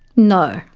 no,